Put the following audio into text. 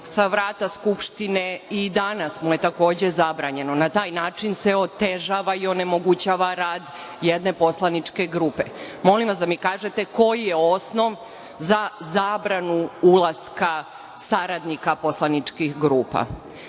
sa vrata Skupštine i danas mu je takođe zabranjeno. Na taj način se otežava i onemogućava rad jedne poslaničke grupe. Molim vas da mi kažete – koji je osnov za zabranu ulaska saradnika poslaničkih grupa?